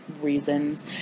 reasons